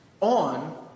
on